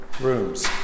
rooms